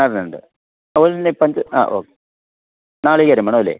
അത് വേണ്ടേ അപ്പം ആ ഓക്കേ നാളികേരം വേണം അല്ലേ